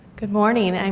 good morning. and and